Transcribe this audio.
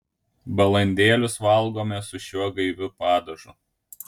balandėlius valgome su šiuo gaiviu padažu